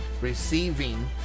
receiving